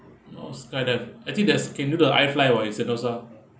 oh skydive actually there's I think can do the I fly [what] in sentosa